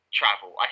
travel